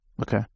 Okay